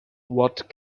what